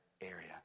area